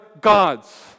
gods